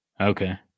Okay